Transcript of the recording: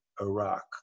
Iraq